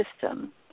system